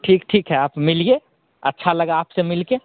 ठीक ठीक है आप मिलिए अच्छा लगा आप से मिल कर